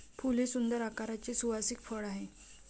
फूल हे सुंदर आकाराचे सुवासिक फळ आहे